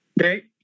Okay